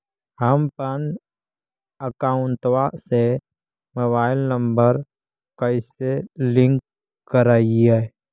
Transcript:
हमपन अकौउतवा से मोबाईल नंबर कैसे लिंक करैइय?